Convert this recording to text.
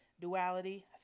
duality